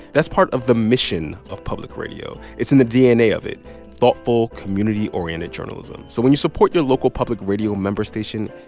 that's part of the mission of public radio. it's in the dna of it thoughtful, community-oriented journalism. so when you support your local public radio member station,